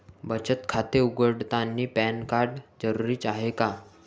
बचत खाते उघडतानी पॅन कार्ड जरुरीच हाय का?